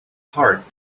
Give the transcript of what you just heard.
heart